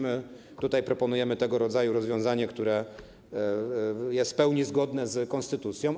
My tutaj proponujemy tego rodzaju rozwiązanie, które jest w pełni zgodne z konstytucją.